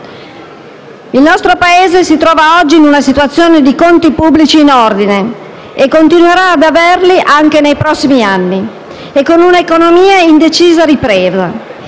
Il nostro Paese si trova oggi in una situazione di conti pubblici in ordine, che continuerà anche nei prossimi anni, e con un'economia in decisa ripresa.